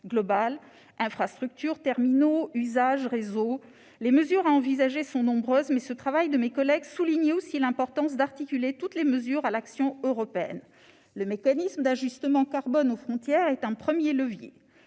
globale. Infrastructures, terminaux, usages, réseaux : les mesures à envisager sont nombreuses, mais ce travail de mes collègues soulignait aussi l'importance de les articuler à l'action européenne. Le mécanisme d'ajustement carbone aux frontières est un premier levier